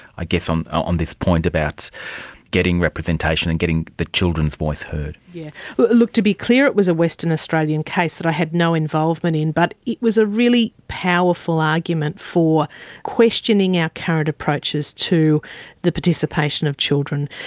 i guess, on on this point about getting representation and getting the children's voice heard. yeah but to be clear, it was a western australian case that i had no involvement in, but it was a really powerful argument for questioning our current approaches to the participation of children.